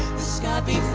sky'd be